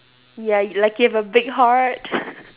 ya y~ like you have a big heart